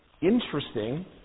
Interesting